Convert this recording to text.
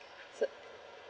so